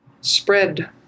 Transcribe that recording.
spread